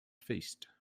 feast